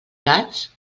gats